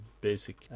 basic